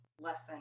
lesson